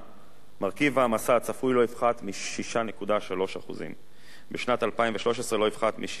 מרכיב ההעמסה הצפוי לא יפחת מ-6.3%; בשנת 2013 לא יפחת מ-6.2%,